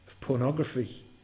pornography